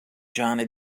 johanna